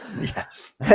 Yes